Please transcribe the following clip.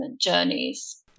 journeys